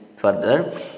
Further